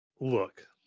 look